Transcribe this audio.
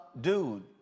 Dude